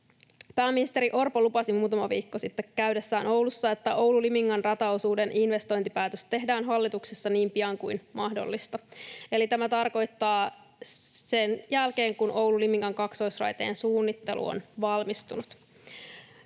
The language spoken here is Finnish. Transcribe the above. Pääministeri Orpo lupasi muutama viikko sitten käydessään Oulussa, että Oulu—Liminka-rataosuuden investointipäätös tehdään hallituksessa niin pian kuin mahdollista eli sen jälkeen, kun Oulu—Liminka-kaksoisraiteen suunnittelu on valmistunut.